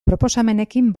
proposamenekin